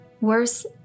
Worse